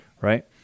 Right